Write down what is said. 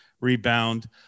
rebound